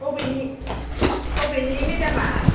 बबेनि मेडामा